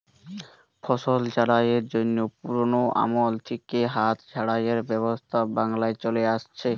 ফসল ঝাড়াইয়ের জন্যে পুরোনো আমল থিকে হাত ঝাড়াইয়ের ব্যবস্থা বাংলায় চলে আসছে